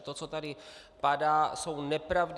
To, co tady padá, jsou nepravdy.